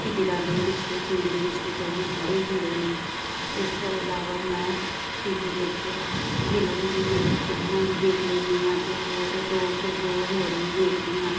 ਕਿ ਦਿਲਾਂ ਦੇ ਰਿਸ਼ਤੇ ਖੂਨ ਦੇ ਰਿਸ਼ਤੇ ਤੋਂ ਵੀ ਗੂੜੇ ਹੁੰਦੇ ਨੇ ਇਸ ਤੋਂ ਇਲਾਵਾ ਮੈਂ ਟੀ ਵੀ ਵਿੱਚ ਫਿਲਮ ਵੀ ਵੇਖ ਫਿਲਮਾਂ ਵੀ ਵੇਖ ਲੈਂਦੀ ਹਾਂ ਅਤੇ ਹੋਰ ਦੋ ਕੁ ਸ਼ੋਅ ਹੋਰ ਵੀ ਵੇਖਦੀ ਹਾਂ